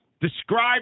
describe